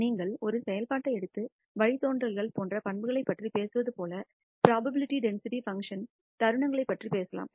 நீங்கள் ஒரு செயல்பாட்டை எடுத்து வழித்தோன்றல்கள் போன்ற பண்புகளைப் பற்றி பேசுவது போல புரோபாபிலிடி டென்சிட்டி பங்க்ஷன் தருணங்களைப் பற்றி பேசலாம்